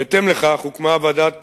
בהתאם לכך, הוקמה ועדת